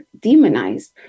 demonized